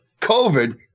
COVID